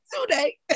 today